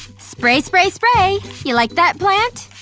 spray spray spray. you like that, plant?